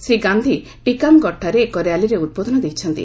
ଶ୍ରୀ ଗାନ୍ଧି ଟିକାମ୍ଗଡ଼ଠାରେ ଏକ ର୍ୟାଲିରେ ଉଦ୍ବୋଧନ ଦେଇଛନ୍ତି